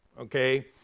Okay